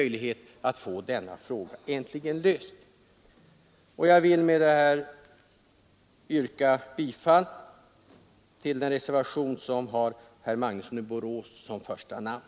Jag vill med detta yrka bifall till den reservation som har herr Magnusson i Borås som första namn.